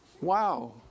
Wow